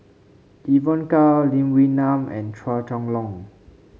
Evon Kow Lee Wee Nam and Chua Chong Long